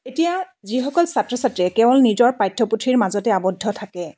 এতিয়া যিসকল ছাত্ৰ ছাত্ৰীয়ে কেৱল নিজৰ পাঠ্যপুথিৰ মাজতে আৱদ্ধ থাকে